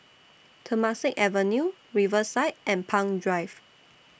Temasek Avenue Riverside and Palm Drive